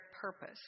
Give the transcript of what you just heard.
purpose